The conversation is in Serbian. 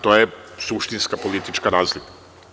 To je suštinska politička razlika.